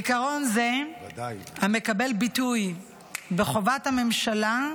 "עיקרון זה, המקבל ביטוי בחובת הממשלה"